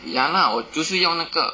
ya lah 我就是要那个